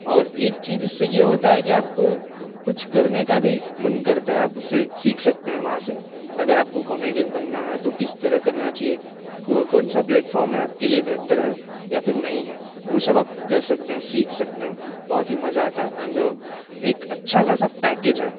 और एक चीज़ उससे यह होता है कि आपको कुछ करने का भी मन करता है आप उससे सीख सकते हैं वहाँ से अगर आपको कॉमेडियन बनना है तो किस तरह करना चाहिए को कौनसा प्लेटफ़ॉर्म है आपके लिए बेहतर है या फ़िर नहीं है वह सब आप कर सकते हैं सीख सकते हैं बहुत ही मज़ा आता है एंड एक अच्छा खासा पैकेज है